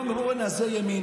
לא אומר: זה ימין,